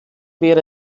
wäre